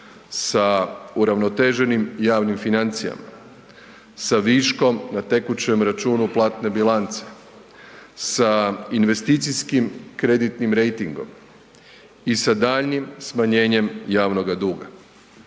sa uravnoteženim javnim financijama, sa viškom na tekućem računu platne bilance, sa investicijskim kreditnim rejtingom i sa daljnjim smanjenjem javnoga duga.